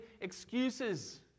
excuses